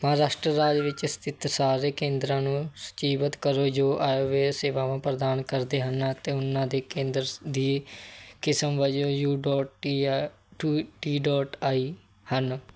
ਮਹਾਰਾਸ਼ਟਰ ਰਾਜ ਵਿੱਚ ਸਥਿਤ ਸਾਰੇ ਕੇਂਦਰਾਂ ਨੂੰ ਸੂਚੀਬੱਧ ਕਰੋ ਜੋ ਆਯੁਰਵੇਦ ਸੇਵਾਵਾਂ ਪ੍ਰਦਾਨ ਕਰਦੇ ਹਨ ਅਤੇ ਉਹਨਾਂ ਦੇ ਕੇਂਦਰ ਸ ਦੀ ਕਿਸਮ ਵਜੋਂ U dot T I two T dot I ਹਨ